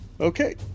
Okay